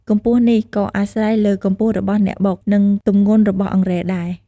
កម្ពស់នេះក៏អាស្រ័យលើកម្ពស់របស់អ្នកបុក និងទម្ងន់របស់អង្រែដែរ។